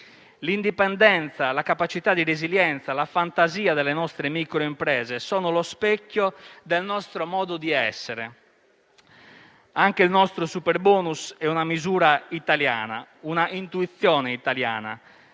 L'indipendenza, la capacità di resilienza e la fantasia delle nostre microimprese sono lo specchio del nostro modo di essere. Anche il nostro superbonus è una misura italiana, un'intuizione italiana,